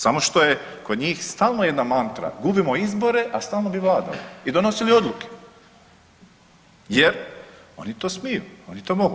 Samo što je kod njih jedna mantra, gubimo izbore a stalno bi vladali i donosili odluke jer oni to smiju, oni to mogu.